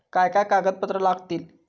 काय काय कागदपत्रा लागतील?